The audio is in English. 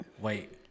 Wait